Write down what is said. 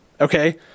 Okay